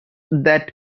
that